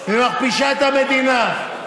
ומכפישה את המדינה.